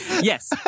Yes